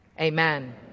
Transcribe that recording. Amen